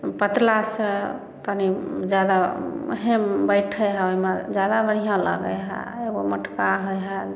पतला सँ तनी जादा हेम बैठे है ओहिमे जादा बढ़िऑं लागै हइ एगो मोटका होइ हइ